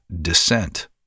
descent